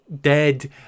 dead